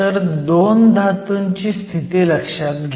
तर 2 धातूंची स्थिती लक्षात घ्या